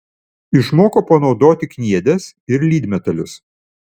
išmoko panaudoti kniedes ir lydmetalius